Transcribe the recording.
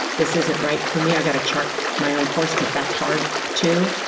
this isn't right for me. i gotta chart my own course, because that's hard too.